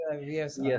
Yes